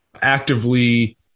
actively